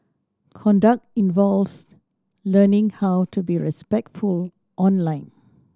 conduct involves learning how to be respectful online